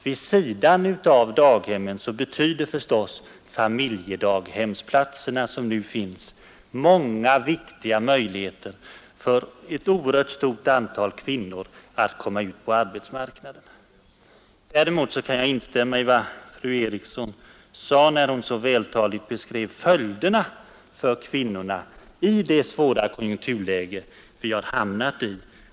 Vid sidan av daghemmen betyder de familjedaghemsplatser som nu finns värdefulla möjligheter för ett oerhört stort antal kvinnor att komma ut på arbetsmarknaden, Däremot kan jag instämma i vad fru Eriksson sade när hon så vältaligt beskrev följderna för kvinnorna av det svåra konjunkturläge vi har hamnat i.